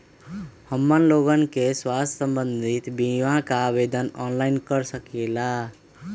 हमन लोगन के स्वास्थ्य संबंधित बिमा का आवेदन ऑनलाइन कर सकेला?